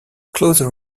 closer